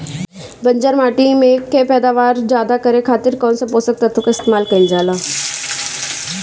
बंजर माटी के पैदावार ज्यादा करे खातिर कौन पोषक तत्व के इस्तेमाल कईल जाला?